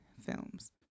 films